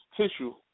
tissue